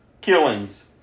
killings